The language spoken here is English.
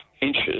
inches